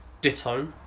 Ditto